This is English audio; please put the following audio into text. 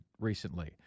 recently